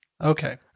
okay